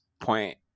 point